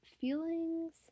feelings